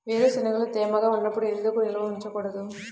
వేరుశనగలు తేమగా ఉన్నప్పుడు ఎందుకు నిల్వ ఉంచకూడదు?